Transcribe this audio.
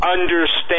understand